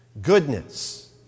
Goodness